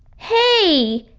hey!